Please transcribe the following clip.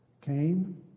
came